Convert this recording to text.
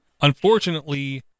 Unfortunately